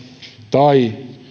tai